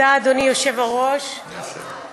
אדוני היושב-ראש, תודה,